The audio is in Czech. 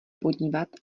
podívat